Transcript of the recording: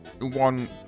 one